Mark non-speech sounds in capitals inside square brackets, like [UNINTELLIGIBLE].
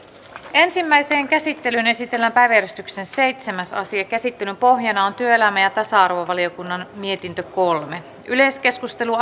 ensimmäiseen käsittelyyn esitellään päiväjärjestyksen seitsemäs asia käsittelyn pohjana on työelämä ja tasa arvovaliokunnan mietintö kolme yleiskeskustelu [UNINTELLIGIBLE]